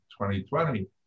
2020